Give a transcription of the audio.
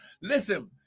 Listen